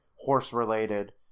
horse-related